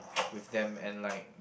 with them and like